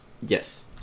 Yes